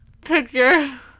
picture